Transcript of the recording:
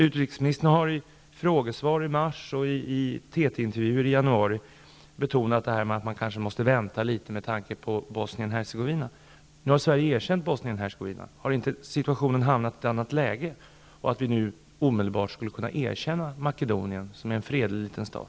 Utrikesministern har i frågesvar i mars och i TT intervjuer i januari betonat att man kanske måste vänta litet med tanke på Bosnien-Hercegovina. Nu har Sverige erkänt Bosnien-Hercegovina. Har det då inte kommit i ett annat läge så att vi omedelbart skulle kunna erkänna Makedonien, som är en fredlig liten stat?